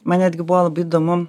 man netgi buvo labai įdomu